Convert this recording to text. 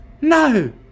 No